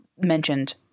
mentioned